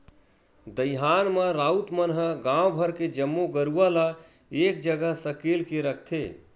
दईहान म राउत मन ह गांव भर के जम्मो गरूवा ल एक जगह सकेल के रखथे